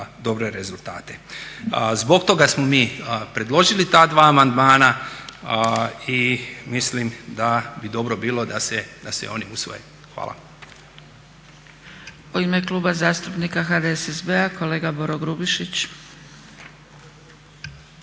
dobre rezultate. Zbog toga smo mi predložili ta dva amandmana i mislim da bi dobro bilo da se oni usvoje. Hvala.